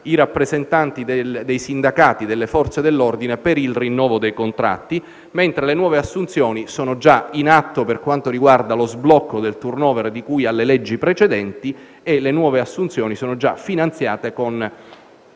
i rappresentanti dei sindacati delle Forze dell'ordine per il rinnovo dei contratti e che le nuove assunzioni sono già in atto, per quanto riguarda lo sblocco del *turnover* di cui alle leggi precedenti, e le nuove assunzioni sono già finanziate con